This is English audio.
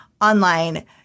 online